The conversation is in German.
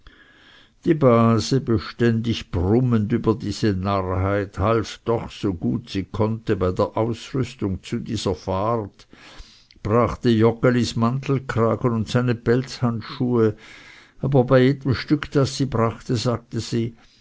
die base beständig brummend über diese narrheit half doch so gut sie konnte bei der ausrüstung zu dieser fahrt brachte joggelis mantelkragen und seine pelzhandschuhe aber bei jedem stück das sie brachte sagte sie